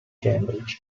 cambridge